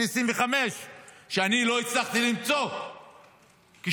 2025 שאני לא הצלחתי למצוא כשחיפשתי.